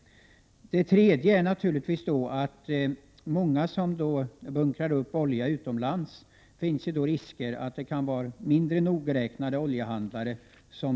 Den tredje aspekten jag vill ta upp är att det finns risker för dem som bunkrar upp olja utomlands, att de köper olja av mindre nogräknade oljehandlare.